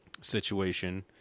situation